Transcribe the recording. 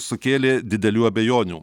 sukėlė didelių abejonių